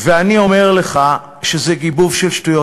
ואני אומר לך שזה גיבוב של שטויות.